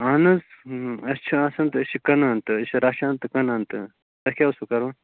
اَہَن حظ اَسہِ چھِ آسان تہٕ أسۍ چھِ کٕنان تہٕ أسۍ چھِ رَچھان تہٕ کٕنان تہٕ تۄہہِ کیٛاہ اوسوٕ کَرُن